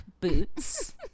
boots